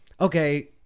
okay